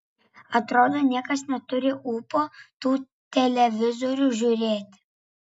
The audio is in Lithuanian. atrodo niekas neturi ūpo tų televizorių žiūrėti